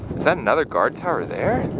is that another guard tower there?